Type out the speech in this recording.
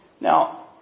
Now